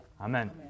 Amen